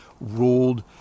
ruled